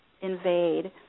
invade